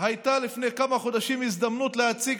הייתה לפני כמה חודשים הזדמנות להציג